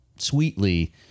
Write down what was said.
Sweetly